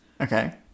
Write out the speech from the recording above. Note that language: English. Okay